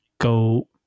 go